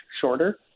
shorter